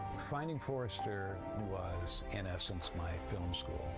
finding forester was inessence my film school.